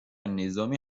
نظامی